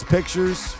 pictures